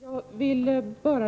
Herr talman! Jag